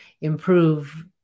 improve